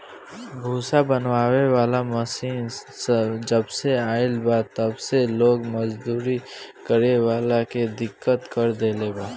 भूसा बनावे वाला मशीन जबसे आईल बा तब से लोग मजदूरी करे वाला के दिक्कत कर देले बा